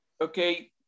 Okay